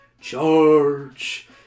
Charge